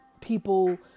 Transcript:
people